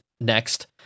Next